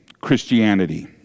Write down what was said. Christianity